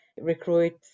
recruit